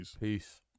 Peace